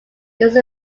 used